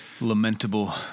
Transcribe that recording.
Lamentable